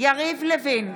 יריב לוין,